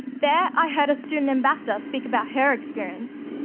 there i heard a student ambassador speak about her experience,